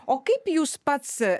o kaip jūs pats